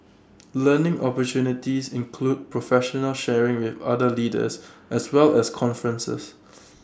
learning opportunities include professional sharing with other leaders as well as conferences